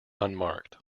unmarked